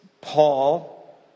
Paul